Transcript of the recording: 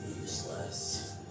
Useless